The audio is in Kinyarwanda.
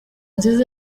nziza